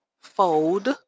fold